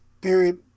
period